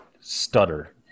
stutter